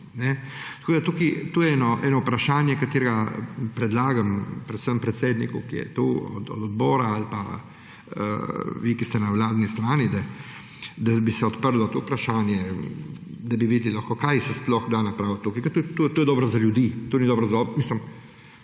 To je eno vprašanje, katerega predlagam, predvsem predsedniku, ki je tu, od odbora ali pa vi, ki ste na vladni strani, da bi se odprlo to vprašanje, da bi videli lahko, kaj se sploh da napraviti tukaj. Ker to je dobro za ljudi, to ni dobro … Mislim,